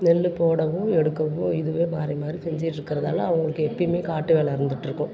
நெல்லு போடவும் எடுக்கவும் இதுவே மாறி மாறி செஞ்சிட்டுருக்கறதால அவங்களுக்கு எப்போயுமே காட்டு வேலை இருந்துட்டுருக்கும்